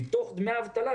מתוך דמי האבטלה.